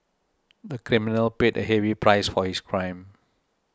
the criminal paid a heavy price for his crime